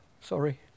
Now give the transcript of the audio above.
sorry